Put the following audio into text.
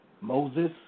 Moses